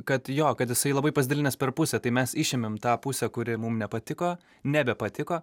kad jo kad jisai labai pasidalinęs per pusę tai mes išėmėm tą pusę kuri mum nepatiko nebepatiko